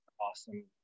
awesome